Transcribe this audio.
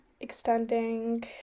extending